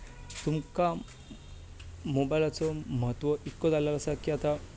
तुमकां मोबायलाचो महत्व इतलो जाल्लो आसा की आतां